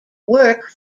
work